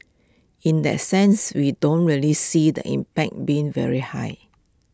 in that sense we don't really see the impact being very high